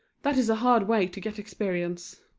that is a hard way to get experience.